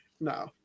No